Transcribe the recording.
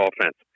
offense